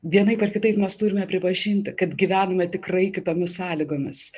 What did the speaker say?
vienaip ar kitaip mes turime pripažinti kad gyvename tikrai kitomis sąlygomis